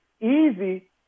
easy